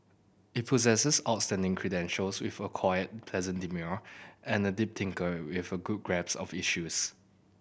he possesses outstanding credentials with a quiet pleasant demeanour and a deep thinker with a good grasp of issues